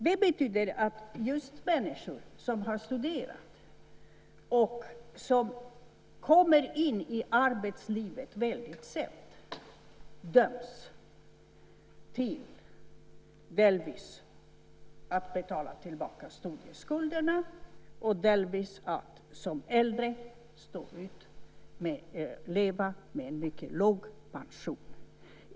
Det betyder att just människor som har studerat och som kommer in i arbetslivet väldigt sent döms att dels betala tillbaka studieskulderna, dels som äldre stå ut med att leva med en mycket låg pension.